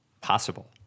Possible